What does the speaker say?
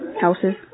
Houses